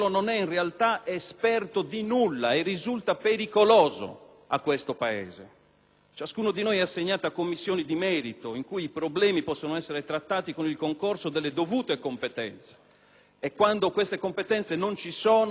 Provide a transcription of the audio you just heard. Ciascuno di noi è assegnato a Commissioni di merito, in cui i problemi possono essere trattati con il concorso delle dovute competenze. Quando queste competenze non ci sono, ci sono gli apprendisti stregoni del diritto (mi dispiace dirlo).